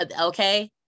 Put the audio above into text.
Okay